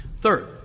Third